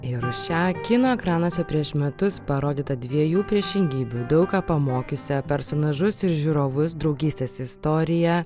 ir už šią kino ekranuose prieš metus parodyta dviejų priešingybių daug ką pamokysią personažus ir žiūrovus draugystės istoriją